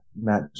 Matt